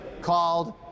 called